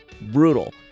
brutal